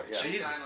Jesus